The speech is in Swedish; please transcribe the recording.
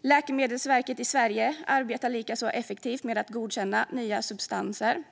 Läkemedelsverket i Sverige arbetar likaså effektivt med att godkänna nya substanser.